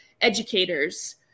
educators